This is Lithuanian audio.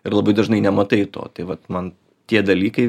ir labai dažnai nematai to tai vat man tie dalykai